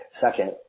Second